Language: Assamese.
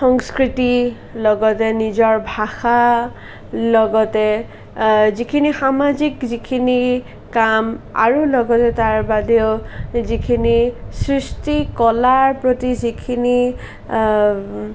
সংস্কৃতি লগতে নিজৰ ভাষা লগতে আ যিখিনি সামাজিক যিখিনি কাম আৰু লগতে তাৰ বাদেও যিখিনি সৃষ্টি কলাৰ প্ৰতি যিখিনি